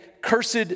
cursed